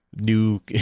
new